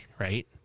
right